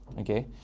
Okay